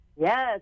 Yes